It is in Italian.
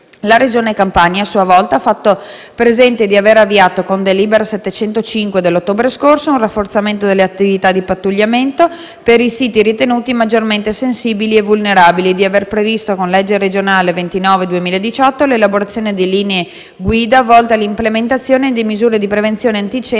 La Regione Campania, a sua volta, ha fatto presente di aver avviato, con delibera n. 705 dell'ottobre scorso, un rafforzamento delle attività di pattugliamento per i siti ritenuti maggiormente sensibili e vulnerabili e di aver previsto, con legge regionale n. 29 del 2018, l'elaborazione di linee guida volte all'implementazione di misure di prevenzione antincendio